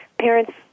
parents